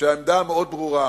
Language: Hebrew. שהעמדה המאוד-ברורה